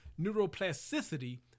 neuroplasticity